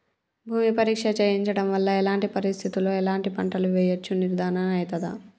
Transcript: భూమి పరీక్ష చేయించడం వల్ల ఎలాంటి పరిస్థితిలో ఎలాంటి పంటలు వేయచ్చో నిర్ధారణ అయితదా?